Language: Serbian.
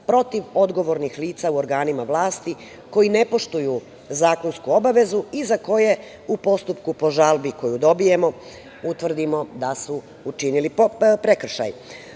protiv odgovornih lica u organima vlasti koji ne poštuju zakonsku obavezu i za koje u postupku po žalbi koju dobijemo utvrdimo da su učinili prekršaj. To